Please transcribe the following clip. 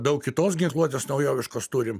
daug kitos ginkluotos naujoviškos turim